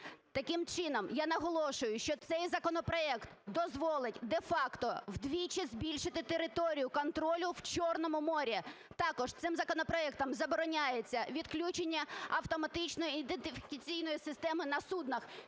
Таким чином, я наголошую, що цей законопроект дозволить де-факто вдвічі збільшити територію контролю в Чорному морі. Також цим законопроектом забороняється відключення автоматичної і ідентифікаційної системи на суднах,